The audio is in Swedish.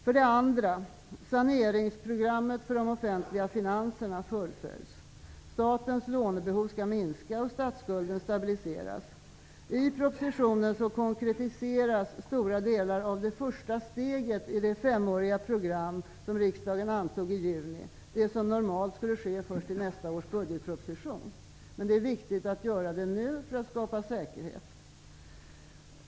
För det andra: Saneringsprogrammet för de offentliga finanserna fullföljs. Statens lånebehov skall minska och statsskulden stabiliseras. I propositionen konkretiseras stora delar av det första steget i det femåriga program som riksdagen antog i juni. Det skulle normalt ske först i nästa års budgetproposition, men det är viktigt att göra det nu för att skapa säkerhet.